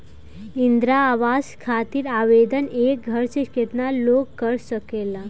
इंद्रा आवास खातिर आवेदन एक घर से केतना लोग कर सकेला?